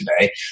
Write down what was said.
today